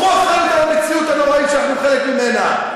קחו אחריות למציאות הנוראית שאתם חלק ממנה.